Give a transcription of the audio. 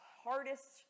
hardest